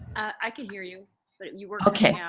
i could hear you. but if you work right now.